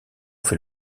fait